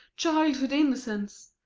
childhood innocence?